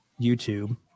YouTube